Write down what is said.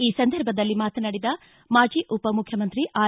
ಈ ಸಂದರ್ಭದಲ್ಲಿ ಮಾತನಾಡಿದ ಮಾಜಿ ಉಪಮುಖ್ಯಮಂತ್ರಿ ಆರ್